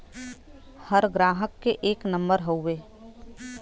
हर ग्राहक के एक नम्बर हउवे